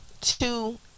Two